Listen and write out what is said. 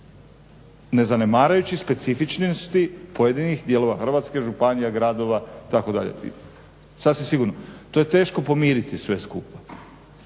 ne zanemarujući specifičnosti pojedinih dijelova Hrvatske, županija, gradova itd., sasvim sigurno. To je teško pomiriti sve skupa.